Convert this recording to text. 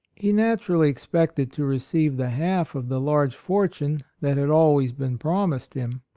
he naturally expected to receive the half of the large fortune that had always been promised him.